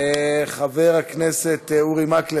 עמיתותי חברות הכנסת ועמיתי חברי הכנסת,